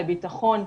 לביטחון,